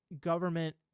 government